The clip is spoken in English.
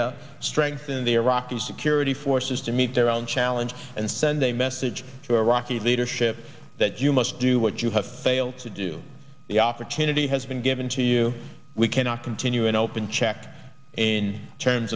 qaeda strengthen the iraqi security forces to meet their own challenge and send a message to iraqi leadership that you must do what you have failed to do the opportunity has been given to you we cannot continue an open check in terms